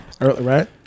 Right